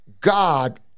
God